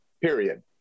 period